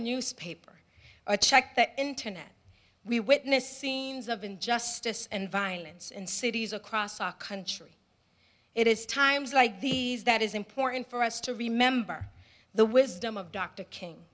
newspaper or check the internet we witness scenes of injustice and violence in cities across our country it is times like these that is important for us to remember the wisdom of dr king